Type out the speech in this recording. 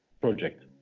project